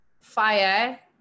Fire